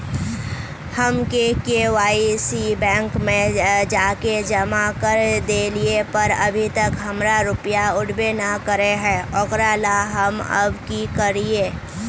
हम KYC bank में जाके जमा कर देलिए पर अभी तक हमर रुपया उठबे न करे है ओकरा ला हम अब की करिए?